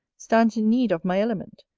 stands in need of my element.